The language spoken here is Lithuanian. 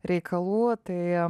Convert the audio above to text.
reikalų tai